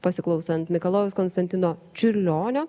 pasiklausant mikalojaus konstantino čiurlionio